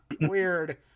weird